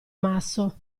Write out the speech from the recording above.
masso